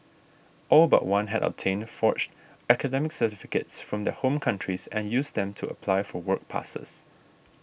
all but one had obtained forged academic certificates from their home countries and used them to apply for work passes